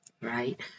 right